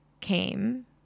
came